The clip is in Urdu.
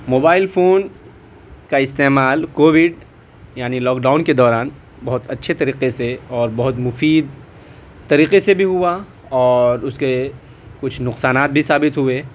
موبائل فون کا استعمال کووڈ یعنی لاک ڈاؤن کے دوران بہت اچھے طریقے سے اور بہت مفید طریقے سے بھی ہوا اور اس کے کچھ نقصانات بھی ثابت ہوئے